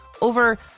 over